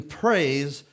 praise